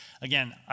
again